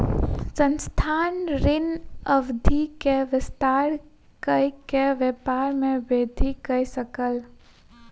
संस्थान, ऋण अवधि के विस्तार कय के व्यापार में वृद्धि कय सकल